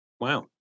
Wow